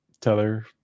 tether